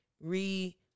re-